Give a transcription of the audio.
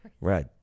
right